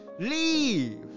leave